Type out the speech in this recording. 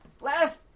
Last